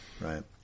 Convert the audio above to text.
right